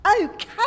Okay